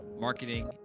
marketing